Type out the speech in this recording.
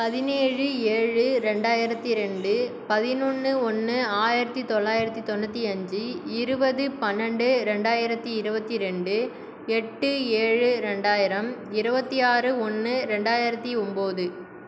பதினேழு ஏழு ரெண்டாயிரத்தி ரெண்டு பதினொன்னு ஒன்று ஆயிரத்தி தொள்ளாயிரத்தி தொண்ணூற்றி அஞ்சு இருபது பன்னெண்டு ரெண்டயிரத்தி இரபத்தி ரெண்டு எட்டு ஏழு ரெண்டாயிரம் இரபத்தி ஆறு ஒன்று ரெண்டயிரத்தி ஒம்பது